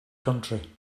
country